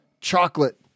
Chocolate